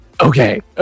Okay